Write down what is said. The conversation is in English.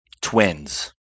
Twins